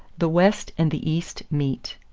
the west and the east meet